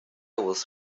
was